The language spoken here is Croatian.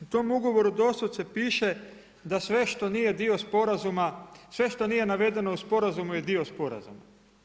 U tom ugovoru doslovce piše da sve što nije dio sporazuma, sve što nije navedeno u sporazumu, je dio sporazuma.